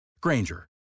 Granger